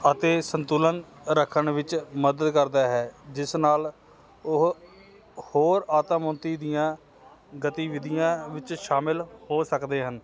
ਅਤੇ ਸੰਤੁਲਨ ਰੱਖਣ ਵਿੱਚ ਮਦਦ ਕਰਦਾ ਹੈ ਜਿਸ ਨਾਲ ਉਹ ਹੋਰ ਆਤਮ ਉੱਨਤੀ ਦੀਆਂ ਗਤੀਵਿਧੀਆਂ ਵਿੱਚ ਸ਼ਾਮਿਲ ਹੋ ਸਕਦੇ ਹਨ